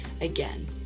Again